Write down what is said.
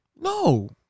no